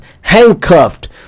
handcuffed